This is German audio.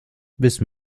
wissen